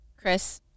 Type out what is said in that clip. Chris